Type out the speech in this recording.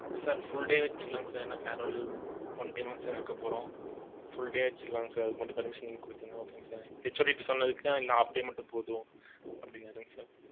sir full day வச்சுக்கலாங்க sir ஏன்னா farewell one time தான் வைக்க போகறோம் ஃபுல் டே வச்சுக்கலாங்க சார் அதுக்கு மட்டும் பார்மிஷன் நீங்கள் கொடுத்திங்கன்னா ஓகேங்க சார் ஹச்ஓடிகிட்ட சொன்னதுக்கு இல்லை ஹால்ஃப் டே மட்டும் போதும் அப்படினாருங்க சார்